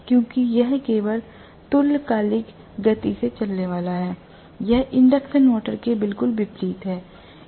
क्योंकि यह केवल तुल्यकालिक गति से चलने वाला है यह इंडक्शन मशीन के बिल्कुल विपरीत है